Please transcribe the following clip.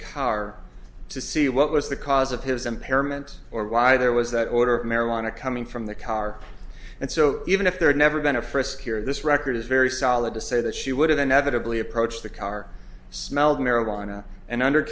car to see what was the cause of his impairment or why there was that order of marijuana coming from the car and so even if there had never been a first here this record is very solid to say that she would have been evidently approached the car smelled marijuana and under